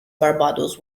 barbados